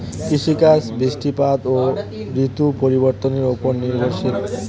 কৃষিকাজ বৃষ্টিপাত ও ঋতু পরিবর্তনের উপর নির্ভরশীল